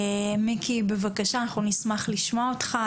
נשמח לשמוע אותך,